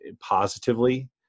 positively